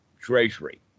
treasury